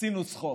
עשינו צחוק: